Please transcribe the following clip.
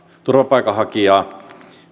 turvapaikanhakijaa